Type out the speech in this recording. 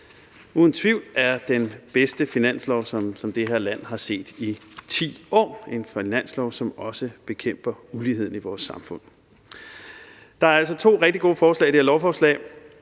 uden tvivl er den bedste finanslov, som det her land har set i 10 år – en finanslov, som også bekæmper uligheden i vores samfund. Der er altså to rigtig gode forslag i det her lovforslag.